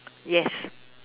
yes